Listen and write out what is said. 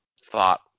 thought